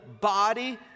body